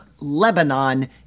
Lebanon